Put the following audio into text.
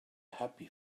happy